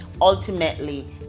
ultimately